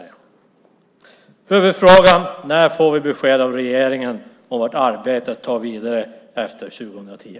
Huvudfrågan är: När får vi besked av regeringen om hur arbetet går vidare efter 2010?